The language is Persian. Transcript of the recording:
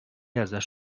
ازش